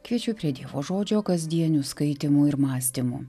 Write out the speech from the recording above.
kviečiu prie dievo žodžio kasdienių skaitymų ir mąstymų